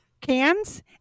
cans